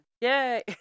Yay